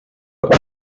but